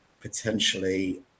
potentially